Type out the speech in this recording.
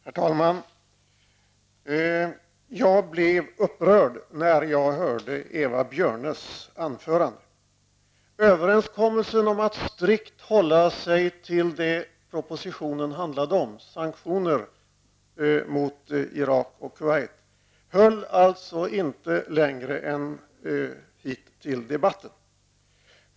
Herr talman! Jag blev upprörd när jag lyssnade till Eva Björnes anförande. Överenskommelsen om att strikt hålla sig till det propositionen handlar om, nämligen sanktioner mot Irak och Kuwait, höll alltså inte längre än hit till debatten.